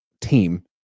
team